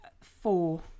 four